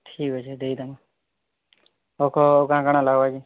ଠିକ୍ ଅଛି ଦେଇ ଦେବା ଆଉ କହ କାଣ କାଣ ନେବ କି